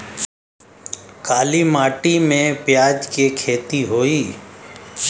काली माटी में प्याज के खेती होई?